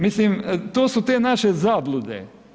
Mislim, to su te naše zablude.